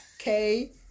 Okay